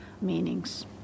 meanings